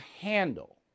handle